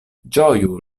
ĝoju